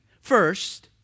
First